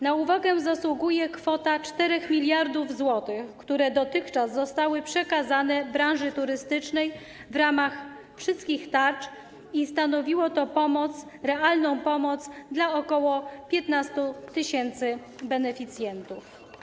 Na uwagę zasługuje kwota 4 mld zł, które dotychczas zostały przekazane branży turystycznej w ramach wszystkich tarcz, co stanowiło realną pomoc dla ok. 15 tys. beneficjentów.